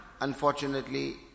Unfortunately